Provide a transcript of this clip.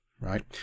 right